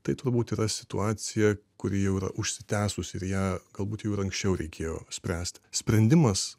tai turbūt yra situacija kuri jau yra užsitęsusi ir ją galbūt jau ir anksčiau reikėjo spręsti sprendimas